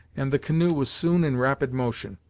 and the canoe was soon in rapid motion.